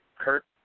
Kurt